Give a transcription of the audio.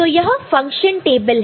तो यह function table है